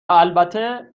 البته